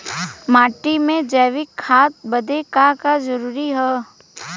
माटी में जैविक खाद बदे का का जरूरी ह?